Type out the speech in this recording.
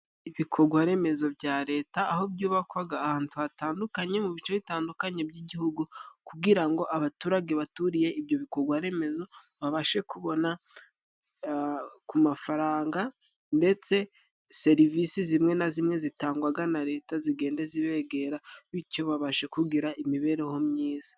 Ibikogwaremezo bya Leta, aho byubakwaga ahatu hatandukanye mu bice bitandukanye by'Igihugu, kugira ngo abaturage baturiye ibyo bikogwaremezo babashe kubona ku mafaranga, ndetse serivisi zimwe na zimwe zitangwaga na Leta zigende zibegera, bityo babashe kugira imibereho myiza.